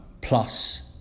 plus